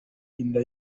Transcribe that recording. inda